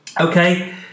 okay